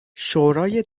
شورای